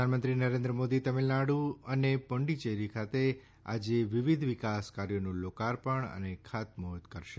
પ્રધાનમંત્રી નરેન્દ્ર મોદી તમિલનાડુ અને પુડ્ડચેરી ખાતે આજે વિવિધ વિકાસ કાર્યોનું લોકાર્પણ અને ખાતમુહૂર્ત કરશે